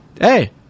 Hey